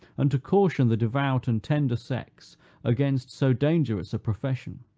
and to caution the devout and tender sex against so dangerous a profession.